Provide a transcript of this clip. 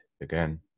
again